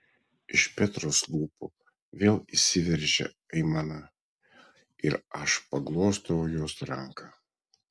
iš petros lūpų vėl išsiveržia aimana ir aš paglostau jos ranką